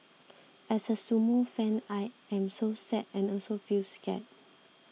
as a sumo fan I am so sad and also feel scared